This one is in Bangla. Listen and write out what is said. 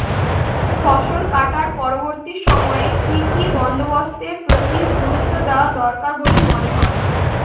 ফসলকাটার পরবর্তী সময়ে কি কি বন্দোবস্তের প্রতি গুরুত্ব দেওয়া দরকার বলে মনে হয়?